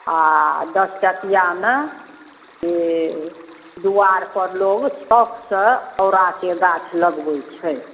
आ दसकठिआमे से दुआरपर लोक शौकसँ औराके गाछ लगबै छै